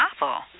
novel